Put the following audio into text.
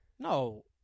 No